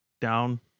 down